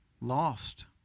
lost